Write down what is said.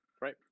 Right